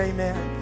Amen